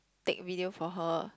take video for her